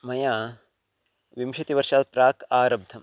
मया विंशतिवर्षात् प्राक् आरब्धम्